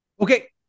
Okay